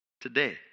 today